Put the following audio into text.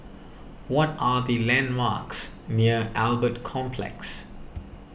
what are the landmarks near Albert Complex